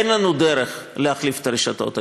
אין לנו דרך להחליף את הרשתות,